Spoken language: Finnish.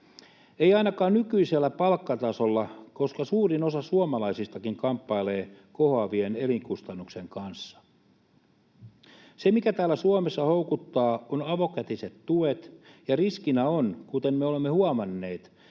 ei ainakaan nykyisellä palkkatasolla, koska suurin osa suomalaisistakin kamppailee kohoavien elinkustannusten kanssa. Ne, mitkä täällä Suomessa houkuttavat, ovat avokätiset tuet, ja riskinä on, kuten me olemme huomanneet,